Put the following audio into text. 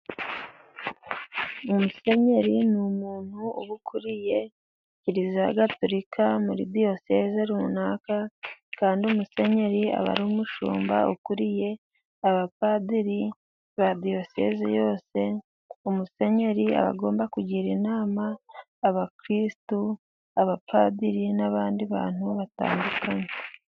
Musenyeri ni umuntu uba ukuriye kiliziya gatolika, muri diyoseze runaka, kandi musenyeri aba ari umushumba ukuriye abapadiri, ba diyosezi yose musenyeri aba agomba kugira inama abakristu, abapadiri n'abandi bantu batandukanye.